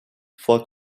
four